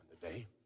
today